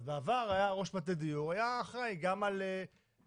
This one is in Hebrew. אז בעבר היה ראש מטה דיור שהיה אחראי גם על דיור,